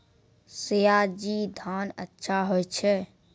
सयाजी धान अच्छा होय छै?